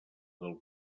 del